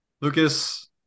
Lucas